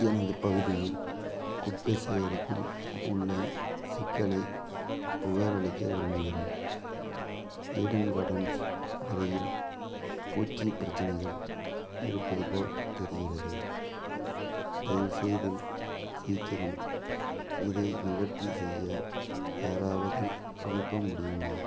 எனது பகுதியில் குப்பை சேகரிப்பில் உள்ள சிக்கலைப் புகாரளிக்க விரும்புகிறேன் ஈடன் கார்டன்ஸ் அருகில் பூச்சி பிரச்சனைகள் இருப்பது போல் தெரிகிறது தயவு செய்து சீக்கிரம் இதை நிவர்த்தி செய்ய யாராவது அனுப்ப முடியுமா